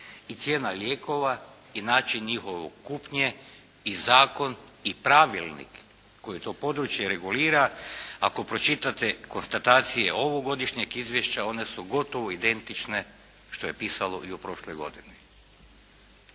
i cijena lijekova i način njihove kupnje i zakon i pravilnik koji to područje regulira, ako pročitate konstatacije ovogodišnjeg izvješća one su gotovo identične što je pisalo i u prošloj godini.